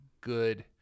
good